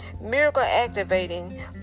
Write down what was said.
miracle-activating